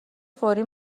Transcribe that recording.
فوری